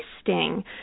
sting